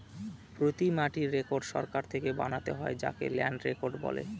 প্রতি মাটির রেকর্ড সরকার থেকে বানাতে হয় যাকে ল্যান্ড রেকর্ড বলে